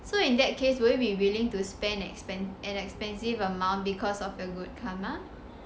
so in that case would you be willing to spend an expensive amount because of your good karma